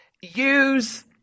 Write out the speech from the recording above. use